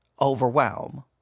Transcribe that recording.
overwhelm